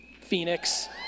Phoenix